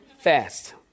fast